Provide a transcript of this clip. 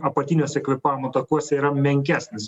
apatiniuose kvėpavimo takuose yra menkesnis